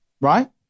Right